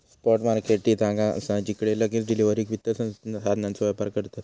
spot market ती जागा असा जिकडे लगेच डिलीवरीक वित्त साधनांचो व्यापार करतत